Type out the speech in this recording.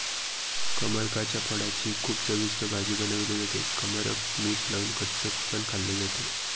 कमरकाच्या फळाची खूप चविष्ट भाजी बनवली जाते, कमरक मीठ लावून कच्च पण खाल्ल जात